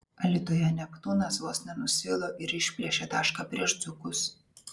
alytuje neptūnas vos nenusvilo ir išplėšė tašką prieš dzūkus